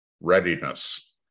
readiness